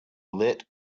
lit